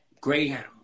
Greyhound